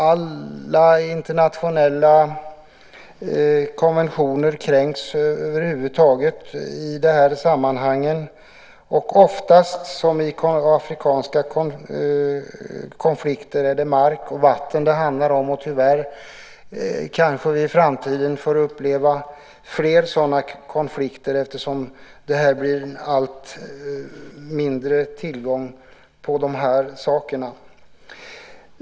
Alla internationella konventioner överträds. Som det oftast är i afrikanska konflikter handlar det om mark och vatten. I framtiden får vi kanske uppleva fler sådana konflikter eftersom tillgången på sådant blir allt mindre.